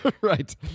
right